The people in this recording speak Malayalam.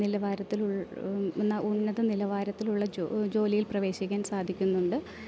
നിലവാരത്തിലുൾ ഉന്നത നിലവാരത്തിലുള്ള ജോലിയിൽ പ്രവേശിക്കാൻ സാധിക്കുന്നുണ്ട്